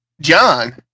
John